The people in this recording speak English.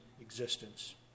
existence